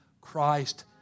Christ